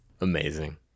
Amazing